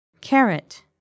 Carrot